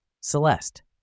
Celeste